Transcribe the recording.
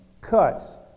cuts